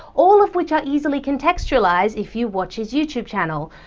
all of which are easily contextualised if you watch his youtube channel.